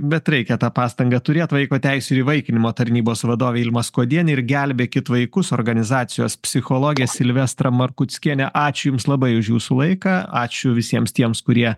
bet reikia tą pastangą turėt vaiko teisių įvaikinimo tarnybos vadovė ilma skuodienė ir gelbėkit vaikus organizacijos psichologė silvestra markuckienė ačiū jums labai už jūsų laiką ačiū visiems tiems kurie